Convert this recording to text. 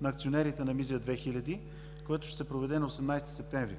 на акционерите на „Мизия 2000“, което ще се проведе на 18 септември.